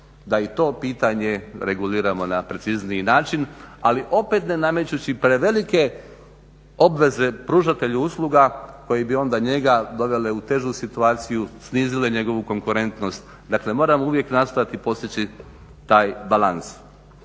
da i to pitanje reguliramo na precizniji način, ali opet ne namećući prevelike obveze pružatelju usluga koji bi onda njega dovele u težu situaciju, snizile njegovu konkurentnost. Dakle, moramo uvijek nastojati postići taj balans.